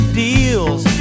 deals